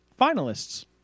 finalists